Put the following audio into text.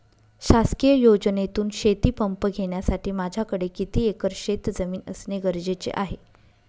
शासकीय योजनेतून शेतीपंप घेण्यासाठी माझ्याकडे किती एकर शेतजमीन असणे गरजेचे आहे?